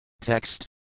Text